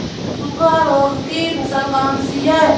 सूखा रोग की फसल कौन सी है?